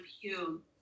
Hume